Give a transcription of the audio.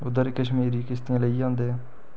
उद्धर कश्मीरी किश्तियां लेइयै औंदे